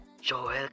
Joel